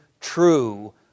true